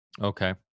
Okay